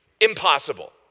impossible